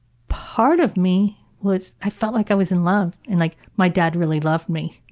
part of me was, i felt like i was in love and like my dad really loved me